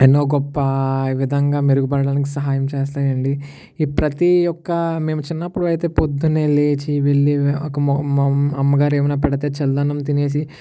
ఎన్నో గొప్ప విధంగా మెరుగుపడడానికి సహాయం చేస్తాయి అండి ఈ ప్రతి ఒక్క మేము చిన్నప్పుడు అయితే పొద్దున్నే లేచి వెళ్ళి ఒక మొ మ్మ్ అమ్మగారు ఏమైనా పెడితే చల్ల అన్నం తినేసి